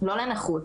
לא לנכות,